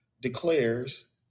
declares